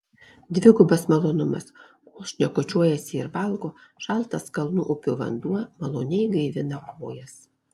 dvigubas malonumas kol šnekučiuojasi ir valgo šaltas kalnų upių vanduo maloniai gaivina kojas